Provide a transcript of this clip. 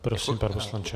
Prosím, pane poslanče.